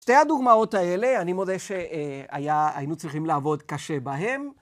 שתי הדוגמאות האלה, אני מודה שהיינו צריכים לעבוד קשה בהן.